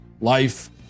life